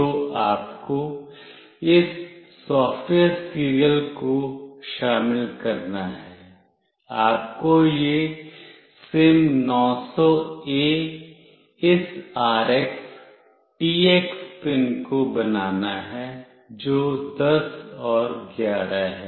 तो आपको इस सॉफ्टवेयर सीरियल को शामिल करना है आपको यह सिम900ए इस RX TX पिन को बनाना है जो 10 और 11 है